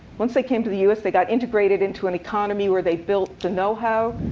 once they came to the us, they got integrated into an economy where they built the know-how,